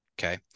Okay